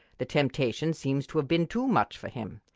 the temptation seems to have been too much for him.